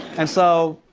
and so,